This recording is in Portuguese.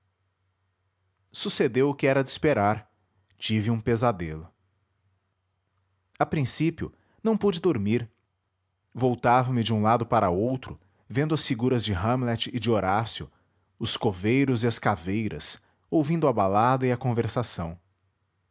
o que era de esperar tive um pesadelo a princípio não pude dormir voltava me de um lado para outro vendo as figuras de hamlet e de horácio os coveiros e as caveiras ouvindo a balada e a conversação